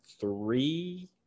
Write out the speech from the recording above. three –